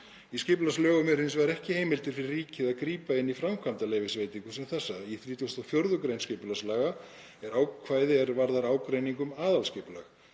Í skipulagslögum er hins vegar ekki heimildir fyrir ríkið að grípa inn í framkvæmdaleyfisveitingu sem þessa. Í 34. gr. skipulagslaga er ákvæði er varðar ágreining um aðalskipulag